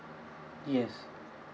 yes